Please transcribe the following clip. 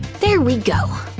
there we go.